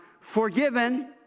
forgiven